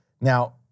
Now